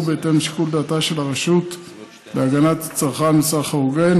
בהתאם לשיקול דעתה של הרשות להגנת הצרכן וסחר הוגן,